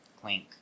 clink